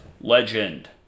Legend